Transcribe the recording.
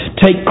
Take